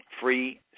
free